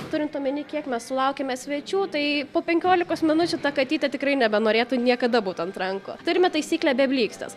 turint omeny kiek mes sulaukiame svečių tai po penkiolikos minučių ta katytė tikrai nebenorėtų niekada būt ant rankų turime taisyklę be blykstės